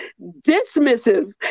dismissive